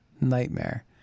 nightmare